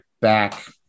back